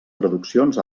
traduccions